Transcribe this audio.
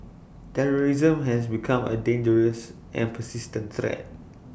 terrorism has become A dangerous and persistent threat